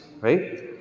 right